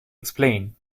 explained